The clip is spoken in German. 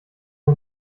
der